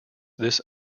this